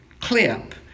clip